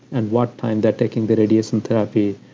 and what time they're taking the radiation therapy,